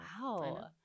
wow